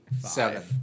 seven